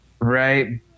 Right